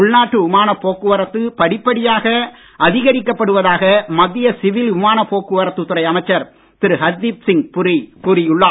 உள்நாட்டு விமான போக்குவரத்து படிப்படியாக அதிகரிக்கப்படுவதாக மத்திய சிவில் விமான போக்குவரத்து துறை அமைச்சர் திரு ஹர்தீப் சிங் புரி கூறி உள்ளார்